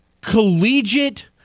Collegiate